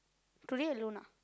today alone ah